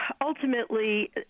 ultimately